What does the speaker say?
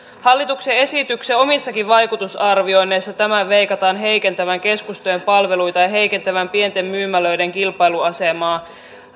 hallituksen esityksen omissakin vaikutusarvioinneissa tämän veikataan heikentävän keskustojen palveluita ja pienten myymälöiden kilpailuasemaa